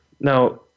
Now